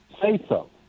say-so